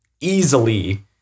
easily